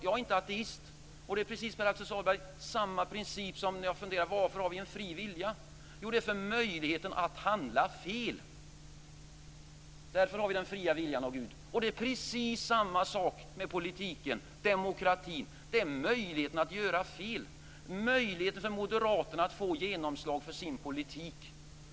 Jag är inte ateist, och jag finner här precis samma förhållande som när jag funderar över varför vi har en fri vilja. Anledningen härtill är att det ger oss möjligheten att handla fel. Det är precis samma sak med demokratin i politiken - det gäller möjligheten att göra fel. Moderaterna skall ha den fulla möjligheten att få genomslag för sin politik.